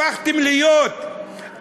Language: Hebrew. הפכתם להיות אנטישמים,